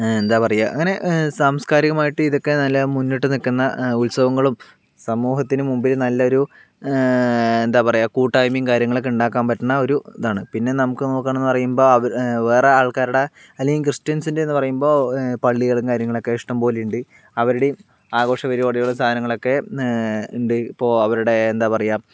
എന്താ പറയുക അങ്ങനെ സാംസ്കാരികമായിട്ട് ഇതൊക്കെ നല്ല മുന്നിട്ട് നിൽക്കുന്ന ഉത്സവങ്ങളും സമൂഹത്തിനു മുമ്പിൽ നല്ലൊരു എന്താ പറയുക കൂട്ടായ്മയും കാര്യങ്ങളോക്കെണ്ടാക്കാൻ പറ്റണ ഒരു ഇതാണ് പിന്നെ നമുക്ക് നോക്കാണെന്ന് പറയുമ്പോൾ അവ വേറെ ആൾക്കാരുടെ അല്ലെങ്കിൽ ക്രിസ്റ്റിയൻസിൻറ്റേന്ന് പറയുമ്പോൾ പള്ളികളും കാര്യങ്ങളൊക്കെ ഇഷ്ടംപോലെ ഉണ്ട് അവരുടെയും ആഘോഷപരിപാടികളും സാധനങ്ങളൊക്കെ ഉണ്ട് ഇപ്പോൾ അവരുടെ എന്താ പറയുക